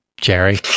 Jerry